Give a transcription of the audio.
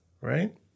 right